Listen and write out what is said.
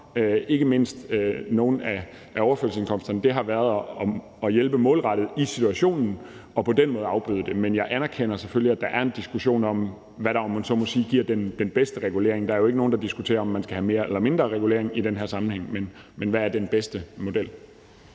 af modtagerne af overførselsindkomster, har været at hjælpe målrettet i situationen og på den måde afbøde det. Men jeg anerkender selvfølgelig, at der er en diskussion om, hvad der, om man så må sige, giver den bedste regulering. Der er jo ikke nogen, der diskuterer, om man skal have mere eller mindre regulering i den her sammenhæng, men hvad der er den bedste model.